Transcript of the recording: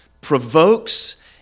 provokes